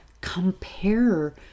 compare